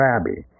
Abby